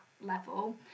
level